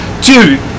dude